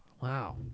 Wow